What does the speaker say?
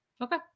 Okay